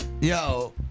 Yo